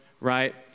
right